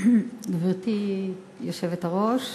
גברתי היושבת-ראש,